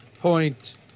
Point